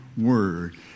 word